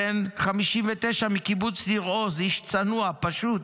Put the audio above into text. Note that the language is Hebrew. בן 59 מקיבוץ ניר עוז, איש צנוע, פשוט,